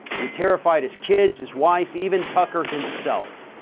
you terrified his kids, his wife, even tucker himself.